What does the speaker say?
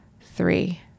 three